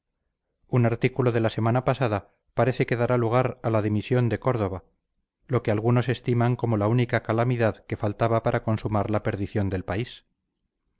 un artículo de la semana pasada parece que dará lugar a la dimisión de córdova lo que algunos estiman como la única calamidad que faltaba para consumar la perdición del país